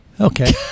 Okay